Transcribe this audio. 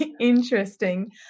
interesting